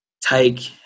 take